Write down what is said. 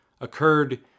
occurred